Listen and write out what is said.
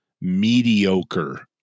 mediocre